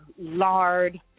lard